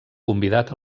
convidat